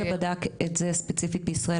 אין מחקר שבדק את זה ספציפית בישראל,